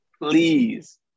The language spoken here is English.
Please